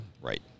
Right